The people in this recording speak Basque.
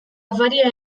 afaria